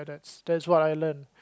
that's what I learn